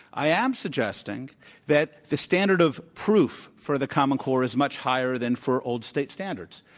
i am suggesting that the standard of proof for the common core is much higher than for old state standards.